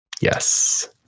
Yes